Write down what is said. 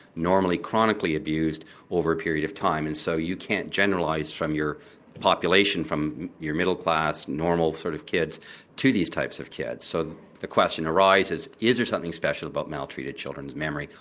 normally chronically abused over a period of time. and so you can't generalise from your population from your middle class, normal sort of kids to these types of kids. so the the question arises, is there something special about maltreated children's memory,